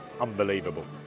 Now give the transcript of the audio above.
unbelievable